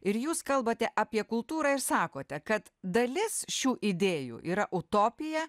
ir jūs kalbate apie kultūrą ir sakote kad dalis šių idėjų yra utopija